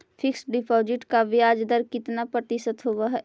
Fix deposit का ब्याज दर कितना प्रतिशत होब है?